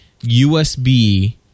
USB